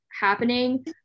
happening